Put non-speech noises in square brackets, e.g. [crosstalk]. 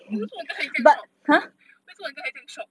then 为什么你这样 shocked [laughs] 为什么你这样 shocked